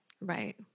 Right